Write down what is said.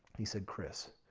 he said, kris,